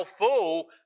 fool